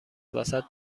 وسط